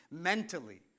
mentally